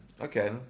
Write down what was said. Okay